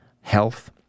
health